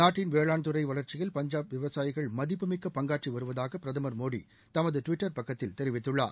நாட்டின் வேளாண் துறை வளர்ச்சியில் பஞ்சாப் விவசாயிகள் மதிப்பு மிக்க பங்காற்றி வருவதாக பிரதமர் மோடி தமது டிவிட்டர் பக்கத்தில் தெரிவித்துள்ளார்